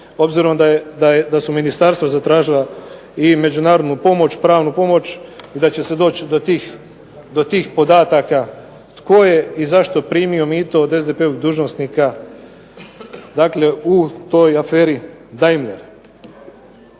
obzirom da su ministarstva zatražila i međunarodnu pomoć, pravnu pomoć i da će se doći do tih podataka tko je i zašto primio mito od SDP-ovih dužnosnika dakle u toj "aferi Daimler".